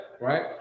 right